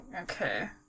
Okay